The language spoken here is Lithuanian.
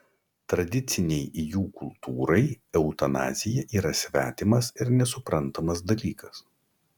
tradicinei jų kultūrai eutanazija yra svetimas ir nesuprantamas dalykas